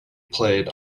played